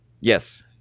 Yes